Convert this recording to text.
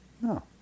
No